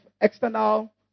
external